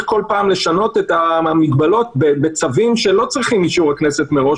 כל פעם לשנות את המגבלות בצווים שלא צריכים אישור הכנסת מראש,